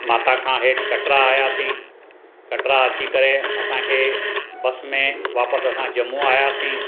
माता खां हेठि कटरा आयासीं कटरा अची करे असांखे बसि में वापसि असां जम्मू आयासीं